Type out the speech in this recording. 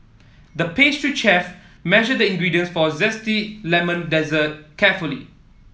the pastry chef measured the ingredients for a zesty lemon dessert carefully